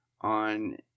on